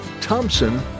Thompson